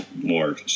more